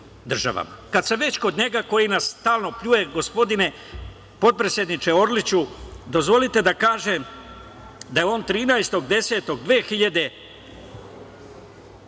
sam već kod njega koji nas stalno pljuje, gospodine potpredsedniče Orliću, dozvolite da kažem da je on 13.10.2019.